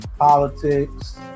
politics